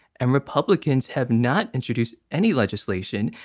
and republik. and have not introduced any legislation.